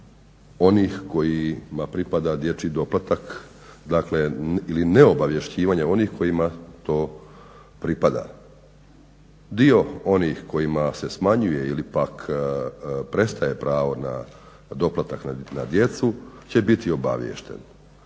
onih kojima pripada dječji doplatak, dakle ili ne obavješćivanja onih kojima to pripada. Dio onih kojima se smanjuje ili pak prestaje pravo na doplatak na djecu će biti obaviješten.